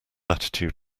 attitude